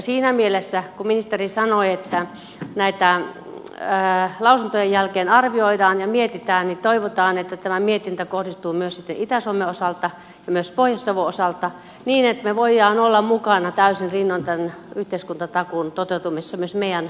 siinä mielessä kun ministeri sanoi että näitä lausuntojen jälkeen arvioidaan ja mietitään toivotaan että tämä mietintä kohdistuu myös sitten itä suomen osalta ja pohjois savon osalta niin että me voimme olla mukana täysin rinnoin tämän yhteiskuntatakuun toteutumisessa myös meidän nuortemme osalta